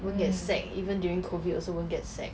won't get sack even during COVID also won't get sack